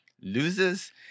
loses